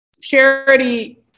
Charity